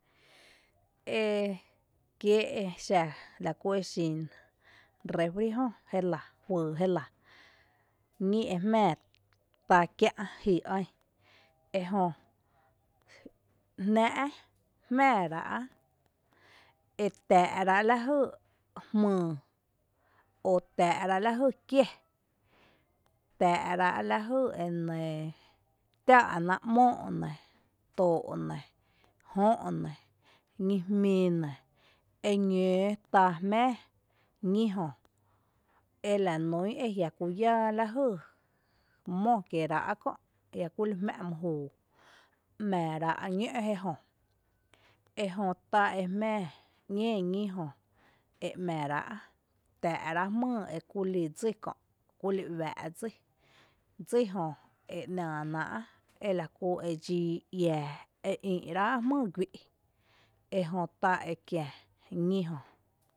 é kiee'exa la kú exin réefri jÖ jélⱥ ñí e jmⱥⱥ tá kiä' ji ɇn, jnáa' jmáará' e tⱥⱥ' rá' la jɨ jmɨɨ, o tⱥⱥ' ráa' lajɨ kié, tⱥⱥ' ráa'la jy enɇɇ, tⱥⱥ' náa' 'móo' nɇ, too' nɇ, jö' nɇ, ñíjmí nɇ, eñǿǿ tá jmⱥⱥ ñí jö e laǿ nún e jiä' kú yáa la jy mó kieerá' kö' a jiⱥ' kuli jmⱥ' mɨ juu 'mⱥráá' ñǿ' jéjö ejö tá ejmⱥⱥ ñée ñí jö tⱥⱥ' ráa' jmɨɨ ekulí dsí e kúli uⱥⱥ' dsí, dsí jö e nⱥⱥ náa' ela kú e dxii iⱥⱥ, e ïï' ráa' jmɨɨ e guɨ', ejö tá e kiä ñí jö.